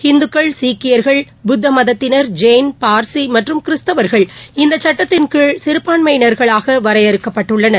ஹிந்துக்கள் சீக்கியா்கள் புத்த மதத்தினா் ஜெயின் பாா்ஸி மற்றும் கிறிஸ்தவா்கள் இந்த சுட்டத்தின் கீழ் சிறுபான்மையினர்களாக வரையறுக்கப்பட்டுள்ளனர்